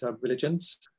religions